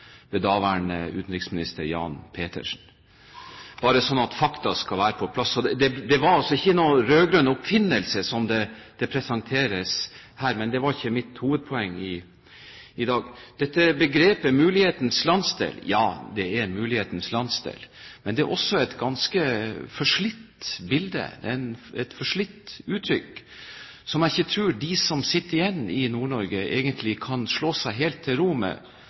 ved daværende utenriksminister Jan Petersen – bare slik at fakta skal være på plass. Det var altså ingen rød-grønn oppfinnelse, som det presenteres som her. Men det var ikke mitt hovedpoeng i dag. Begrepet mulighetenes landsdel – ja det er mulighetenes landsdel – er et ganske forslitt bilde, et forslitt uttrykk. Jeg tror ikke at de som sitter igjen i Nord-Norge, egentlig kan slå seg helt til ro med